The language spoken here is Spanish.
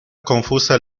confusa